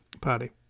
party